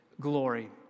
glory